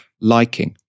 liking